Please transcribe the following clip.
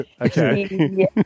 Okay